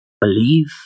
believe